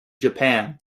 japan